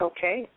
Okay